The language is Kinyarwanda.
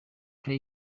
play